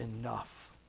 enough